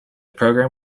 program